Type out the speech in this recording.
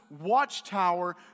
watchtower